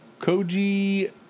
Koji